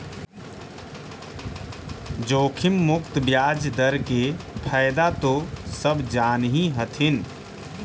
जोखिम मुक्त ब्याज दर के फयदा तो सब जान हीं हथिन